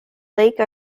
lake